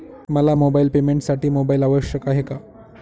मला ऑनलाईन पेमेंटसाठी मोबाईल आवश्यक आहे का?